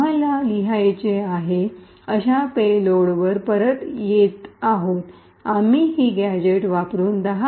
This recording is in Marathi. आम्हाला लिहायचे आहे अशा पेलोडवर परत येत आहोत आम्ही ही गॅझेट्स वापरुन10